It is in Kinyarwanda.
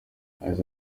yagize